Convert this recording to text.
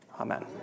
Amen